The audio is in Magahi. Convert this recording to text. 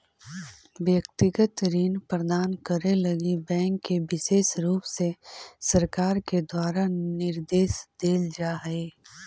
व्यक्तिगत ऋण प्रदान करे लगी बैंक के विशेष रुप से सरकार के द्वारा निर्देश देल जा हई